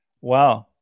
Wow